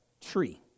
tree